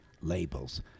labels